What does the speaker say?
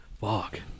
Fuck